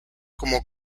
como